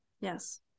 Yes